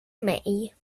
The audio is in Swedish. mig